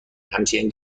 همچنین